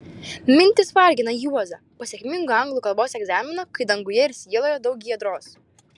mintys vargina juozą po sėkmingo anglų kalbos egzamino kai danguje ir sieloje daug giedros